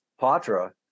patra